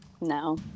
No